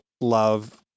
love